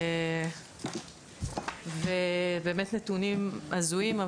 זה באמת נתונים הזויים.